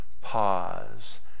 pause